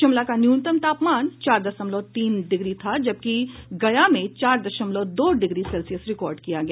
शिमला का न्यूनतम तापमान चार दशमल तीन डिग्री था जबकि गया में चार दशमलव दो डिग्री सेल्सियस रिकॉर्ड किया गया